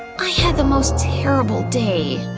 i had the most terrible day.